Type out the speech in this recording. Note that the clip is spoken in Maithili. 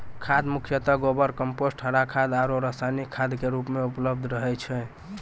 खाद मुख्यतः गोबर, कंपोस्ट, हरा खाद आरो रासायनिक खाद के रूप मॅ उपलब्ध रहै छै